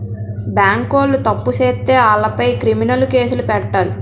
బేంకోలు తప్పు సేత్తే ఆలపై క్రిమినలు కేసులు పెట్టాలి